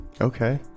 Okay